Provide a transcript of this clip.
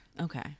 Okay